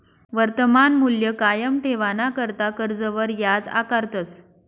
वर्तमान मूल्य कायम ठेवाणाकरता कर्जवर याज आकारतस